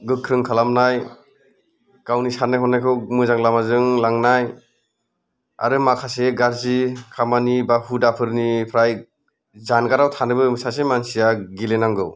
गोख्रों खालामनाय गावनि साननाय हनायखौ मोजां लामाजों लांनाय आरो माखासे गाज्रि खामानि एबा हुदाफोरनिफ्राय जानगाराव थानोबो सासे मानसिया गेलेनांगौ